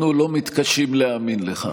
אנחנו לא מתקשים להאמין לך.